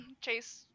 chase